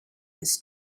his